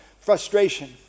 frustration